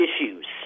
issues